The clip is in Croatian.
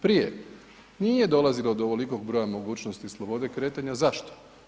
Prije nije dolazilo do ovolikog broja mogućnosti slobode kretanja, zašto?